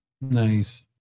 Nice